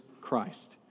Christ